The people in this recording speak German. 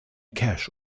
cash